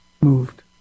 moved